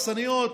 אכסניות,